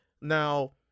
Now